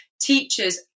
teachers